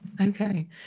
Okay